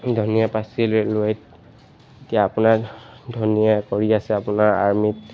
ধোনীয়ে পাইছিল ৰে'লৱে'ত এতিয়া আপোনাৰ ধোনীয়ে কৰি আছে আপোনাৰ আৰ্মীত